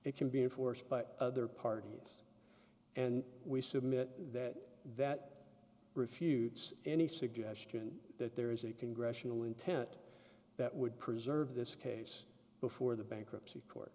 it can be enforced by the parties and we submit that that refutes any suggestion that there is a congressional intent that would preserve this case before the bankruptcy